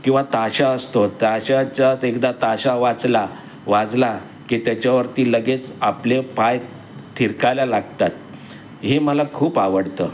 किंवा ताशा असतो ताशाच्यात एकदा ताशा वाचला वाजला की त्याच्यावरती लगेच आपले पाय थिरकायला लागतात हे मला खूप आवडतं